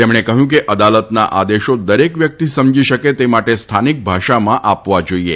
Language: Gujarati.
તેમણે કહ્યું કે અદાલતના આદેશો દરેક વ્યક્તિ સમજી શકે તે માટે સ્થાનિક ભાષામાં આપવા જોઇએ